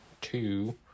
two